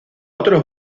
otros